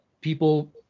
people